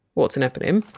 what's an eponym?